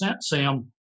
Sam